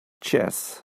chess